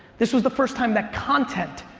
this was the first time that content,